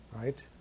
right